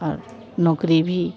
और नौकरी भी